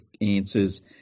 answers